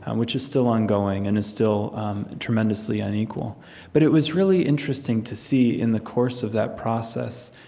um which is still ongoing and is still tremendously unequal but it was really interesting to see, in the course of that process,